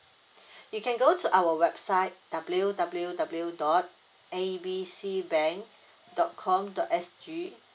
you can go to our website W W W dot A B C bank dot com dot S_G